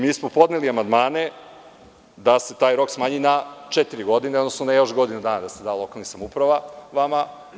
Mi smo podneli amandmane da se taj rok smanji na četiri godine, odnosno na još godinu dana da se da lokalnim samoupravama.